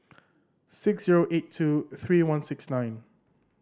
six zero eight two three one six nine